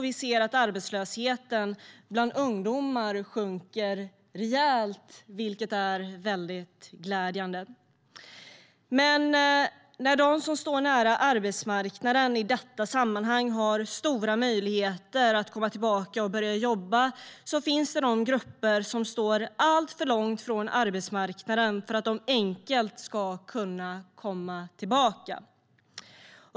Vi ser att arbetslösheten bland ungdomar sjunker rejält, vilket är väldigt glädjande. Men medan de som i detta sammanhang står nära arbetsmarknaden har stora möjligheter att komma tillbaka och börja jobba finns det grupper som står alltför långt från arbetsmarknaden för att enkelt kunna komma tillbaka.